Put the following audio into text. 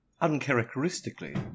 uncharacteristically